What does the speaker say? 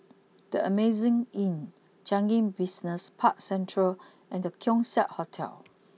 the Amazing Inn Changi Business Park Central and the Keong Saik Hotel